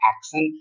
accent